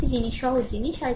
আর একটি জিনিস সহজ জিনিস